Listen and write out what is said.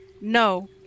No